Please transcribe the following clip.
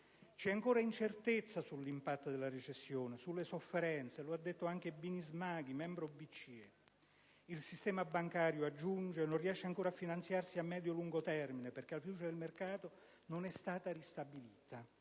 C'è ancora incertezza sull'impatto della recessione e sulle sofferenze, come ha detto Bini Smaghi, membro della BCE. Il sistema bancario - ha aggiunto - non riesce ancora a finanziarsi a medio lungo termine, perché la fiducia del mercato non è stata ristabilita.